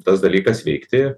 tas dalykas veikti